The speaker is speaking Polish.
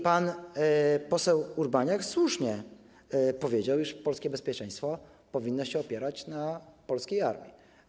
Pan poseł Urbaniak słusznie powiedział, iż polskie bezpieczeństwo powinno opierać się na polskiej armii.